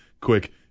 quick